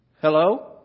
Hello